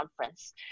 conference